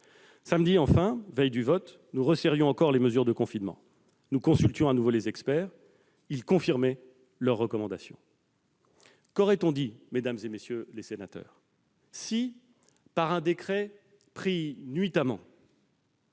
Samedi, enfin, veille du vote, alors que nous resserrions encore les mesures de confinement, nous avons de nouveau consulté les experts, qui ont confirmé leurs recommandations. Qu'aurait-on dit, mesdames, messieurs les sénateurs, si, par un décret pris nuitamment